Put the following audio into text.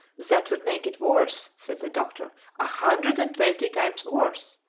that would make it worse, said the doctor a hundred and twenty times worse.